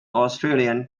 australian